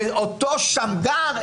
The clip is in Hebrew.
ואותו שמגר,